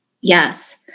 Yes